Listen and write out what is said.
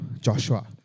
Joshua